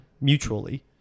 mutually